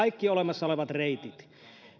kaikki olemassa olevat reitit